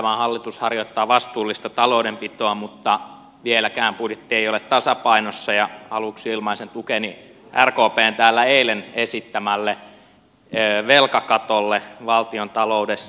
tämä hallitus harjoittaa vastuullista taloudenpitoa mutta vieläkään budjetti ei ole tasapainossa ja aluksi ilmaisen tukeni rkpn täällä eilen esittämälle velkakatolle valtiontaloudessa